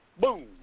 Boom